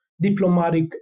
diplomatic